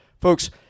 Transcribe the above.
Folks